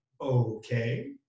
okay